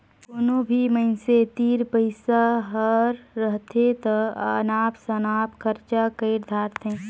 कोनो भी मइनसे तीर पइसा हर रहथे ता अनाप सनाप खरचा कइर धारथें